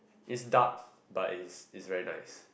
is dark but is is very nice